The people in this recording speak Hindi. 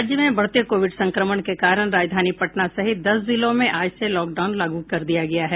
राज्य में बढ़ते कोविड संक्रमण के कारण राजधानी पटना सहित दस जिलों में आज से लॉकडाउन लागू कर दिया गया है